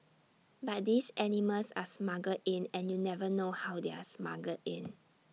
but these animals are smuggled in and you never know how they are smuggled in